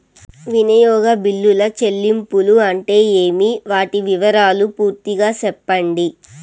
వినియోగ బిల్లుల చెల్లింపులు అంటే ఏమి? వాటి వివరాలు పూర్తిగా సెప్పండి?